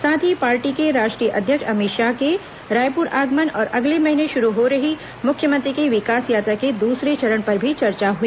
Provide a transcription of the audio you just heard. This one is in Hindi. साथ ही पार्टी के राष्ट्रीय अध्यक्ष अमित शाह के रायपुर आगमन और अगले महीने शुरू हो रही मुख्यमंत्री की विकास यात्रा के दूसरे चरण पर भी चर्चा हुई